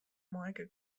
muoike